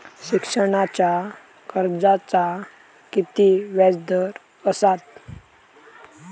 शिक्षणाच्या कर्जाचा किती व्याजदर असात?